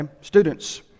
Students